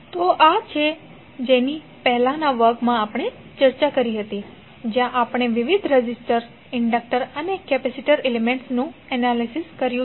તો આ તે છે જેની પહેલાના વર્ગમાં આપણે ચર્ચા કરી હતી જ્યાં આપણે વિવિધ રેઝિસ્ટર ઇન્ડક્ટર અને કેપેસિટર એલિમેન્ટ્સનું એનાલિસિસ કર્યું છે